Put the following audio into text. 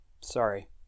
sorry